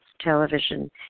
television